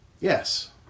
Yes